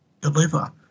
deliver